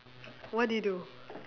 what did you do